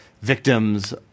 victims